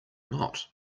not